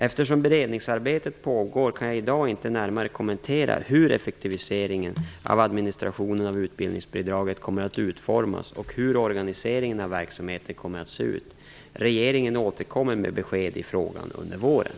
Eftersom beredningsarbetet pågår kan jag i dag inte närmare kommentera hur effektiviseringen av administrationen av utbildningsbidraget kommer att utformas och hur organiseringen av verksamheten kommer att se ut. Regeringen återkommer med besked i frågan under våren.